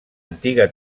antiga